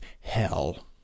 hell